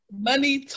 Money